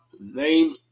name